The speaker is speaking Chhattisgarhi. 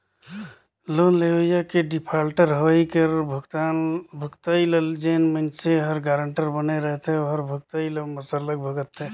लोन लेवइया के डिफाल्टर होवई कर भुगतई ल जेन मइनसे हर गारंटर बने रहथे ओहर भुगतई ल सरलग भुगतथे